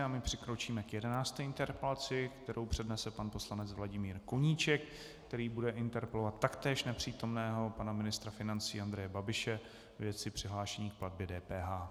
A my přikročíme k 11. interpelaci, kterou přednese pan poslanec Vladimír Koníček, který bude interpelovat taktéž nepřítomného pana ministra financí Andreje Babiše ve věci přihlášení k platbě DPH.